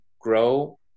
grow